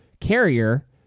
carrier